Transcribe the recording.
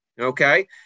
Okay